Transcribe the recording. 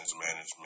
management